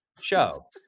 show